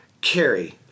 Carrie